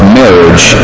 marriage